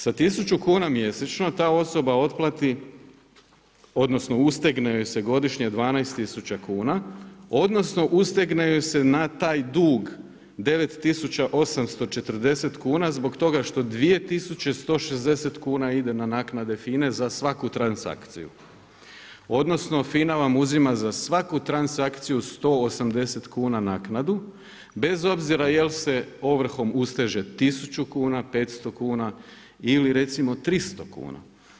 Sa 1000 kuna mjesečno ta osoba otplati, odnosno ustegne joj se godišnje 12 000 kuna, odnosno ustegne joj se na taj dug 9840 kuna zbog toga što 2160 kuna ide na naknade FINA-e za svaku transakciju, odnosno FINA vam uzima za svaku transakciju 180 kuna naknadu, bez obzira jel se ovrhom usteže 1000 kuna, 500 kuna ili recimo 300 kuna.